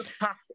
pass